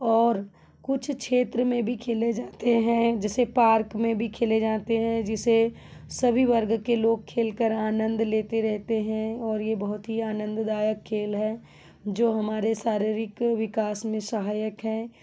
और कुछ क्षेत्र में भी खेले जाते हैं जैसे पार्क में भी खेले जाते हैं जिसे सभी वर्ग के लोग खेल कर आनंद लेते रहते हैं और यह बहुत ही आनंददायक खेल है जो हमारे शारीरिक विकास में सहायक हैं